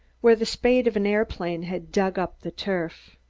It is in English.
where the spade of an aeroplane had dug up the turf.